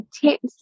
tips